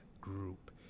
group